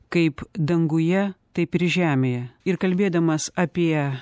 kaip danguje taip ir žemėje ir kalbėdamas apie